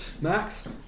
Max